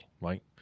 right